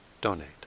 donate